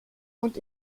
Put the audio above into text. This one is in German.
und